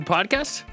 Podcast